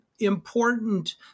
important